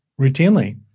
routinely